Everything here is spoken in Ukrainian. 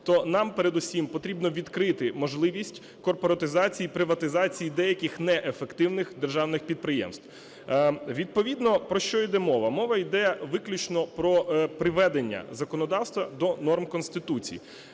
то нам передусім потрібно відкрити можливість корпоратизації і приватизації деяких неефективних державних підприємств. Відповідно, про що йде мова. Мова йде виключно про приведення законодавства до норм Конституції.